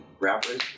rappers